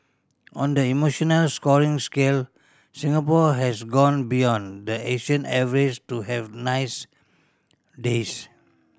on the emotional scoring scale Singapore has gone beyond the Asian average to have nice days